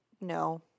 no